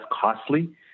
costly